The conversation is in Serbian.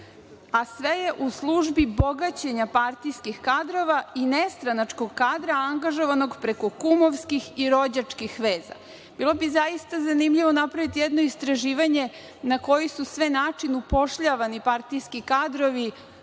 a sve je u službi bogaćenja partijskih kadrova i ne stranačkog kadra angažovanog preko kumovskih i rođačkih veza. Bilo bi zaista zanimljivo napraviti jedno istraživanje na koji su sve način upošljavani partijski kadrovi,